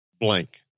blank